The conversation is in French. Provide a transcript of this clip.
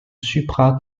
supra